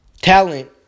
talent